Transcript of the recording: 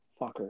Fucker